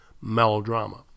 melodrama